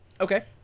Okay